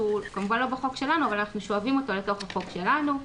שהוא כמובן לא בחוק שלנו אבל אנחנו שואבים אותו לתוך החוק שלנו.